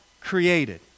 created